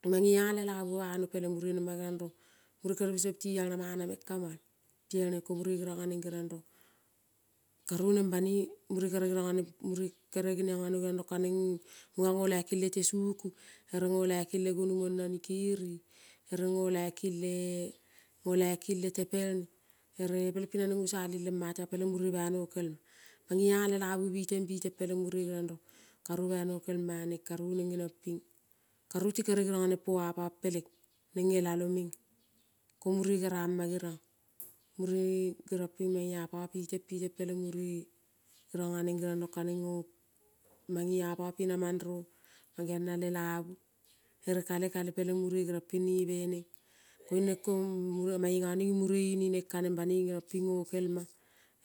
Ko mangea lelavu bano peleng mure nema geriong rong mure kere biso piti al na mana meng kamal piel neng ko mure geriong aneng geriong rong. Karu neng bana mure kere geriong aneng mure kere geniong anogeong kaneng munga ngo laiki lete suku. Ere ngo laiki le ganu monu ni kerie. ere ngo laiki le, ngo laiki le tepelne. Ere peleng pling nange ngo sali letema peleng mure bai nokelma. Mangea lelavu biteng, biteng peleng mure geriong rong karu bai. Nokelma aneng karu neng geniong ping karu ti gerang anang po apang peleng neng ngelalo menga. Ko mure gerama geriong. Mure keriong ping baia pa piteng piteng peleng mure geriong anenggeriong kaneng ngo mange apa pi na mandro mangeong na lelavu ere kale kale peleng mure geriongpi neve neng. Koling nengkong muge mange gane gi mure ini neng kaneng banoi negiong ping ngokel ma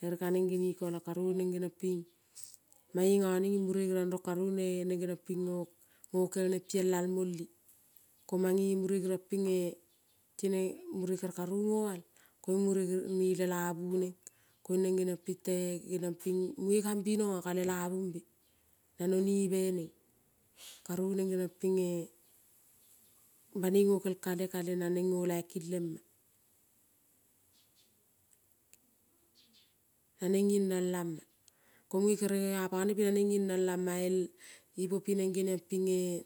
ere kaneng gene kolang karu neng, neng ngokel neng piel almole. Ko mange mure geriong pinge tine muru kere karu ngoal koiung mure giro ne ne lelavu neng. Koing neng geniang oite, geniong ping mue gambinoga ka lelanmbe nano nembe neng. Karou neng geniong ping banoi ngokel kale, kale na neng ngo laiki lema. Naneng ngendrong lama. Ko mue kere apone pi naneng ngendrong lama el ipo pineng geriong pinge